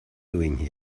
doing